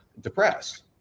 depressed